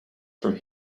from